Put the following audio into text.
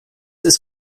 ist